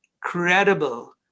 credible